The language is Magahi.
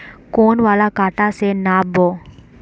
कौन वाला कटा से नाप बो?